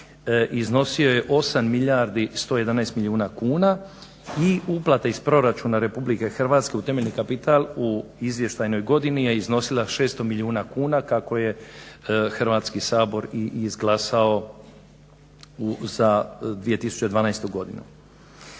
iznosio je 8 milijardi 111 milijuna kuna i uplate iz proračuna Republike Hrvatske u temeljni kapital u izvještajnoj godini je iznosila 600 milijuna kuna kako je Hrvatski sabor i izglasao za 2012. godinu.